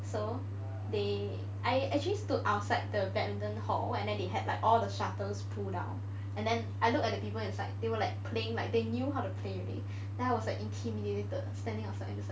so they I actually stood outside the badminton hall and then they had like all the shuttles pulled down and then I look at the people inside and they were like playing like they knew how to play already then I was like intimidated standing outside